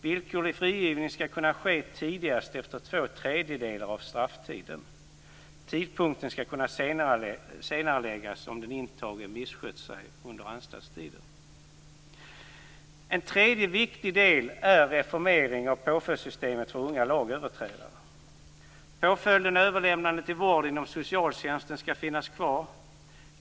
Villkorlig frigivning skall kunna ske tidigast efter två tredjedelar av strafftiden. Tidpunkten skall kunna senareläggas om den intagne misskött sig under anstaltstiden. En tredje viktig del är reformeringen av påföljdssystemet för unga lagöverträdare. Påföljden överlämnande till vård inom socialtjänsten skall finnas kvar.